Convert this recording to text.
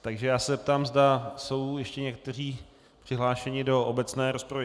Takže se zeptám, zda jsou ještě někteří přihlášení do obecné rozpravy.